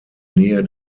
nähe